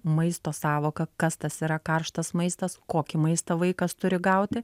maisto sąvoką kas tas yra karštas maistas kokį maistą vaikas turi gauti